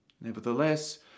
Nevertheless